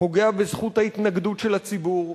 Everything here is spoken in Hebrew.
פוגע בזכות ההתנגדות של הציבור,